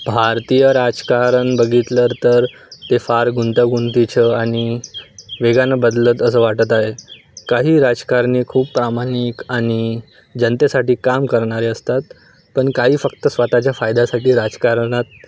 भारतीय राजकारण बघितलं तर ते फार गुंंतागुंतीचं आणि वेगानं बदलत असं वाटत आहे काही राजकारणी खूप प्रामाणिक आणि जनतेसाठी काम करणारे असतात पण काही फक्त स्वतःच्या फायद्यासाठी राजकारणात